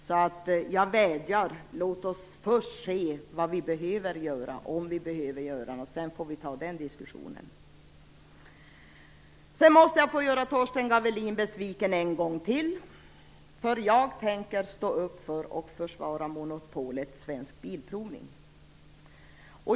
Jag vädjar till Karin Starrin: Låt oss först se vad vi behöver göra, om vi behöver göra något, och sedan får vi ta den diskussionen. Jag måste sedan göra Torsten Gavelin besviken en gång till. Jag tänker nämligen stå upp för och försvara monopolet Svensk Bilprovning.